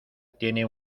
tiene